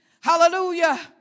Hallelujah